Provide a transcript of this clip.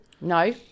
no